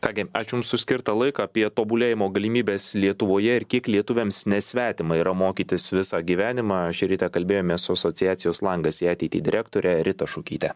ką gi ačiū jums už skirtą laiką apie tobulėjimo galimybes lietuvoje ir kiek lietuviams nesvetima yra mokytis visą gyvenimą šį rytą kalbėjomės su asociacijos langas į ateitį direktore rita šukyte